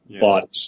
bodies